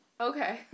Okay